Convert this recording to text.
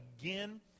Again